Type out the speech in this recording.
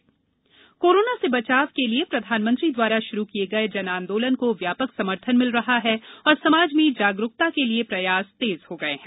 जन आंदोलन अपील कोरोना से बचाव के लिए प्रधानमंत्री द्वारा शुरू किये गये जन आंदोलन को व्यापक समर्थन मिल रहा है और समाज में जागरूकता के लिए प्रयास तेज हो गये है